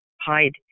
hide